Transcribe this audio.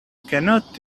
cannot